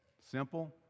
Simple